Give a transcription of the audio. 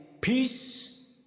peace